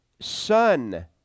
Son